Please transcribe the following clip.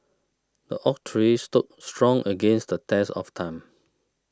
the oak tree stood strong against the test of time